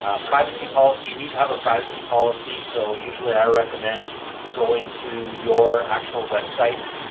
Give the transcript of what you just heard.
a privacy policy. you need to have a privacy policy. so usually i recommend going to your actual website,